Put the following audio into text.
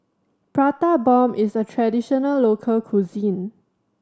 Prata Bomb is a traditional local cuisine